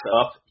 up